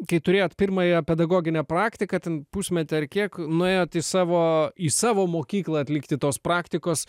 kai turėjot pirmąją pedagoginę praktiką ten pusmetį ar kiek nuėjot į savo į savo mokyklą atlikti tos praktikos